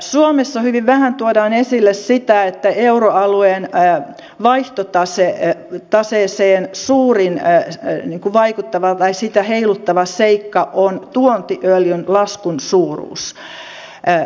suomessa hyvin vähän tuodaan esille sitä että euroalueen ään vaihtotase että aseeseen suurin vaihtotasetta eniten heiluttava seikka on tuontiöljyn laskun suuruus